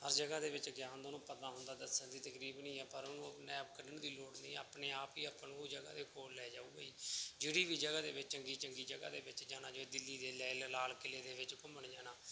ਹਰ ਜਗ੍ਹਾ ਦੇ ਵਿੱਚ ਗਿਆ ਹੁੰਦਾ ਉਹਨੂੰ ਪਤਾ ਹੁੰਦਾ ਦੱਸਣ ਦੀ ਤਕਰੀਬਨ ਹੀ ਆਪਾਂ ਔਰ ਉਹਨੂੰ ਮੈਪ ਕੱਢਣ ਦੀ ਲੋੜ ਨਹੀਂ ਆਪਣੇ ਆਪ ਹੀ ਆਪਾਂ ਨੂੰ ਉਹ ਜਗ੍ਹਾ ਦੇ ਕੋਲ ਲੈ ਜਾਓਗਾ ਜੀ ਜਿਹੜੀ ਵੀ ਜਗ੍ਹਾ ਦੇ ਵਿੱਚ ਚੰਗੀ ਚੰਗੀ ਜਗ੍ਹਾ ਦੇ ਵਿੱਚ ਜਾਣਾ ਜਿਵੇਂ ਦਿੱਲੀ ਦੇ ਲੈ ਲ ਲਾਲ ਕਿਲ੍ਹੇ ਦੇ ਵਿੱਚ ਘੁੰਮਣ ਜਾਣਾ